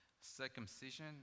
circumcision